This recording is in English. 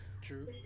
True